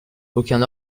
aucun